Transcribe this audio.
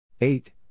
Eight